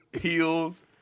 heels